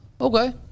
Okay